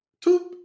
Two